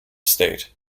state